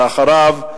ואחריו,